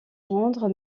rendre